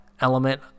element